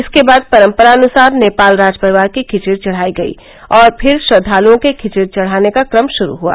इसके बाद परंपरानुसार नेपाल राजपरिवार की खिचड़ी चढ़ायी गयी और फिर श्रद्धालुओं के खिचड़ी चढ़ाने का क्रम गुरू हुआ